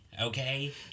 okay